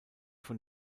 von